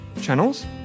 channels